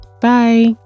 bye